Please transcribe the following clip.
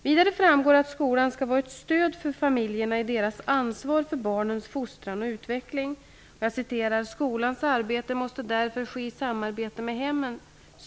Vidare framgår att skolan skall vara ett stöd för familjerna i deras ansvar för barnens fostran och utveckling: ''Skolans arbete måste därför ske i samarbete med hemmen.''